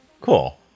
cool